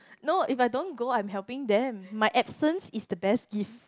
no if I don't go I am helping them my accent is the best gift